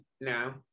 now